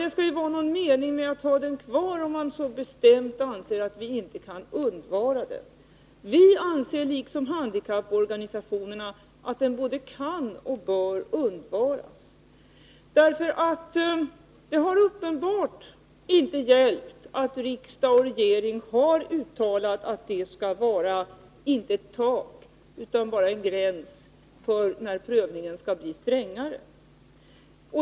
Det måste ju vara någon mening med att ha den kvar, om man så bestämt anser att vi inte kan undvara den. Vi anser liksom handikapporganisationerna att den både kan och bör undvaras. Det har uppenbarligen inte hjälpt att riksdagen och regeringen uttalat att detta inte är något tak utan bara en gräns för när prövningen skall göras strängare.